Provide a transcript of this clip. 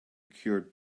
cured